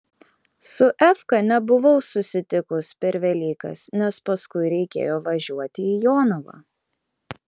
su efka nebuvau susitikus per velykas nes paskui reikėjo važiuoti į jonavą